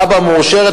תב"ע מאושרת,